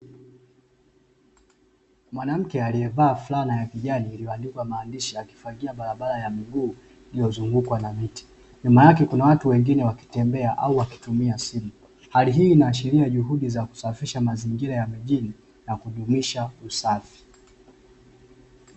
Mwanamke aliyevaa fulana ya kijani iliyoandikwa maandishi akifagia barabara ya miguu iliyozungukwa na miti, nyuma yake kuna watu wengine wakitembea au wakitumia simu, hali hii inaashiria juhudi za kusafisha mazingira ya mijini na kudumisha usafi.